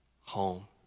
home